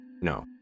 no